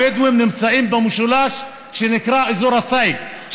הבדואים נמצאים במשולש שנקרא אזור הסייג.